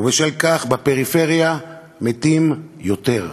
ובשל כך בפריפריה מתים יותר.